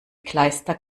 kleister